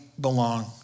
belong